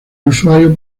usuario